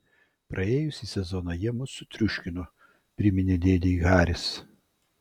praėjusį sezoną jie mus sutriuškino priminė dėdei haris